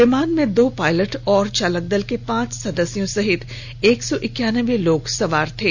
विमान में दो पायलट और चालक दल के पांच सदस्य सहित एक सौ इक्यानवे लोग सवार थे